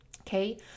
Okay